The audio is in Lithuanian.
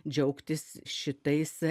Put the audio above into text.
džiaugtis šitais